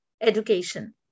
education